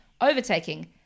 overtaking